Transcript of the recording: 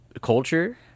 culture